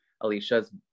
Alicia's